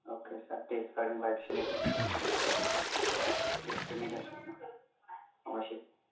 अके सार दे सार होनब्ला एसेनोसै अके दे दोनाय जासिगोन हामबायसै